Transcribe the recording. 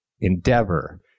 endeavor